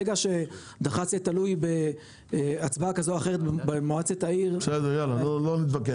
ברגע שדח"צ תלוי בהצבעה כזו או אחרת במועצת העיר- -- לא נתווכח.